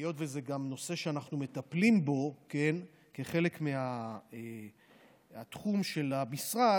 היות שזה גם נושא שאנחנו מטפלים בו כחלק מהתחום של המשרד,